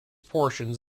portions